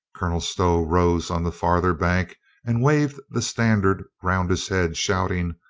colonel stow rose on the farther bank and waved the standard round his head, shouting,